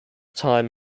time